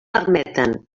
permeten